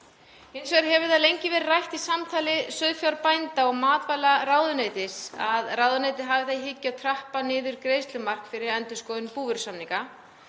Hins vegar hefur það lengi verið rætt í samtali sauðfjárbænda og matvælaráðuneytis að ráðuneytið hafi í hyggju að trappa niður greiðslumark fyrir endurskoðun búvörusamninga.